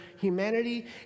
humanity